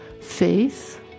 faith